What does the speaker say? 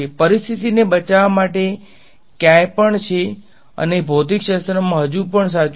પરિસ્થિતિને બચાવવા માટે ક્યાંય પણ છે અને ભૌતિકશાસ્ત્રમાં હજી પણ સાચું છે